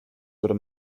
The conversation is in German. würde